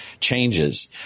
changes